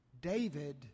David